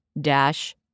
dash